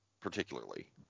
particularly